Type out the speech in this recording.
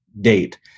date